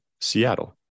Seattle